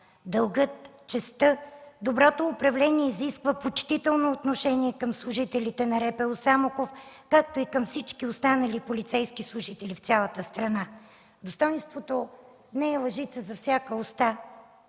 Дългът, честта, доброто управление изисква почтително отношение към служителите на РПУ – Самоков, както и към всички останали полицейски служители в цялата страна. Достойнството не е лъжица за всяка уста.